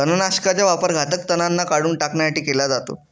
तणनाशकाचा वापर घातक तणांना काढून टाकण्यासाठी केला जातो